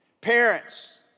Parents